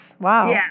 Wow